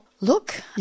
look